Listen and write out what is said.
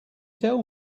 tell